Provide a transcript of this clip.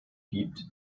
gibt